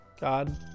God